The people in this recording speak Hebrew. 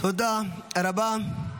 תודה רבה.